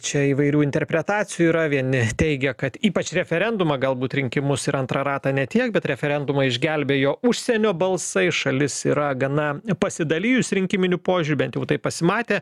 čia įvairių interpretacijų yra vieni teigia kad ypač referendumą galbūt rinkimus ir antrą ratą ne tiek bet referendumą išgelbėjo užsienio balsai šalis yra gana pasidalijus rinkiminiu požiūriu bent jau taip pasimatė